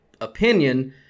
opinion